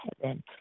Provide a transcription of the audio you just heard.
heaven